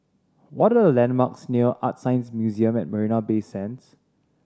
what are the landmarks near Art Science Museum at Marina Bay Sands